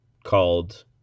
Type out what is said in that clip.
called